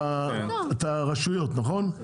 את הרשויות נכון?